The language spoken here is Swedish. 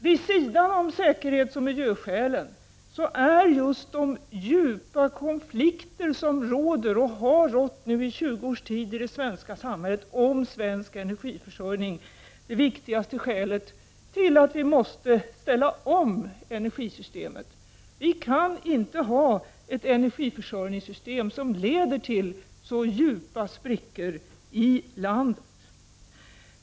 Vid sidan om säkerhetsoch miljöskälen är just de djupa konflikter som råder och som har rått i 20 års tid i det svenska samhället om svensk energiförsörjning det viktigste skälet till att vi måste ställa om energisystemet. Vi kan inte ha ett energiförsörjningssystem som leder till så djupa sprickor i landet.